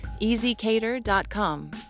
EasyCater.com